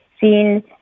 seen